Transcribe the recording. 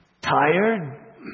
tired